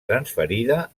transferida